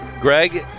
Greg